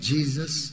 Jesus